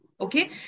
Okay